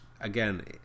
again